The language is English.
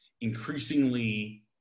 increasingly